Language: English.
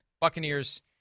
Buccaneers